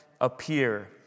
appear